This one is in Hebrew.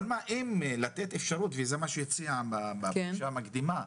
אבל כמו שהציע המנכ"ל בפגישה המקדימה,